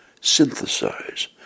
synthesize